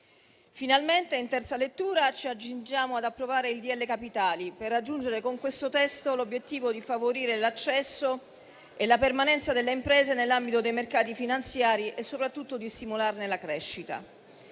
Finalmente, in terza lettura, ci accingiamo ad approvare il disegno di legge capitali, per raggiungere l'obiettivo di favorire l'accesso e la permanenza delle imprese nell'ambito dei mercati finanziari e soprattutto di stimolarne la crescita.